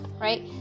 right